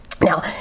Now